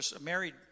married